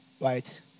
Right